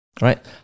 right